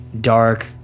dark